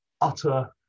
utter